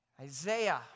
Isaiah